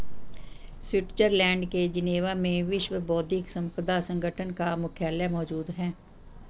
Switzerland के Geneva में विश्व बौद्धिक संपदा संगठन का मुख्यालय मौजूद है